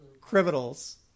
criminals